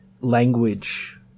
language